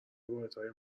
واحدهای